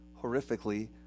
Horrifically